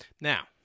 Now